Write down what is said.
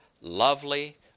lovely